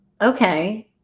Okay